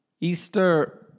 Easter